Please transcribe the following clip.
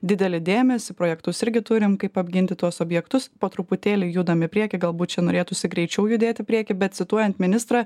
didelį dėmesį projektus irgi turim kaip apginti tuos objektus po truputėlį judam į priekį galbūt čia norėtųsi greičiau judėti į priekį bet cituojant ministrą